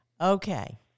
okay